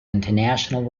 international